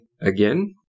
again